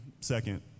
second